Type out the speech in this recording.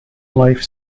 life